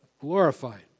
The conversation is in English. Glorified